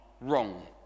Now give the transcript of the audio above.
wrong